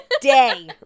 day